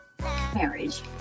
marriage